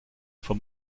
for